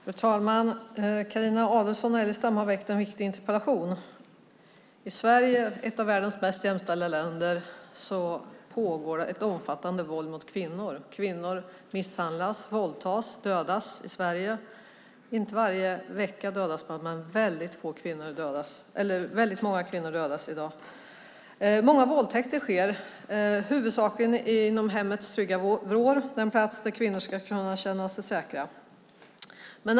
Fru talman! Carina Adolfsson Elgestam har ställt en viktig interpellation. I Sverige, ett av världens mest jämställda länder, pågår ett omfattande våld mot kvinnor. Kvinnor misshandlas, våldtas och dödas i Sverige i dag, inte varje vecka, men väldigt många kvinnor dödas. Många våldtäkter sker huvudsakligen i hemmets trygga vrå, den plats där kvinnor ska kunna känna sig säkra.